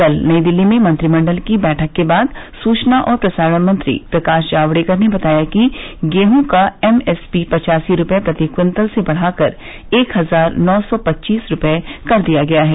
कल नई दिल्ली में मंत्रिमंडल की बैठक के बाद सूचना और प्रसारण मंत्री प्रकाश जावडेकर ने बताया कि गेंहू का एमएसपी पचासी रुपए प्रति क्विंटल से बढाकर एक हजार नौ सौ पच्चीस रुपए कर दिया गया है